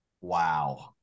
Wow